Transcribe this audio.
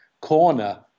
corner